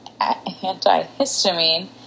antihistamine